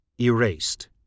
erased